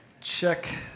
Check